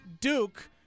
Duke